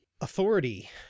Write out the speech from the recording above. authority